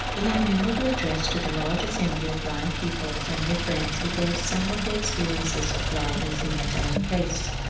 in a memorable address to the large assembly of blind pupils and their friends he gave some of the experi ences of blindness in his own case.